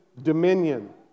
dominion